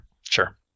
Sure